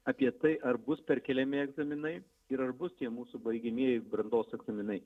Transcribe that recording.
apie tai ar bus perkeliami egzaminai ir ar bus tie mūsų baigiamieji brandos egzaminai